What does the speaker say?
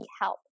help